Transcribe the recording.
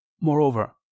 Moreover